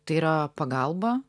tai yra pagalba